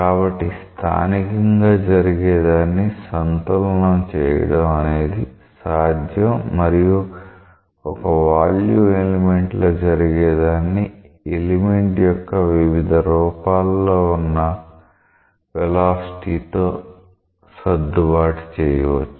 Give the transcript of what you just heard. కాబట్టి స్థానికంగా జరిగే దాన్ని సంతులనం చేయడం అనేది సాధ్యం మరియు ఒక వాల్యూమ్ ఎలిమెంట్ లో జరిగే దాన్ని ఎలిమెంట్ యొక్క వివిధ రూపాల్లో ఉన్న వెలాసిటీ తో సర్దుబాటు చేయవచ్చు